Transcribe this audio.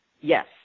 Yes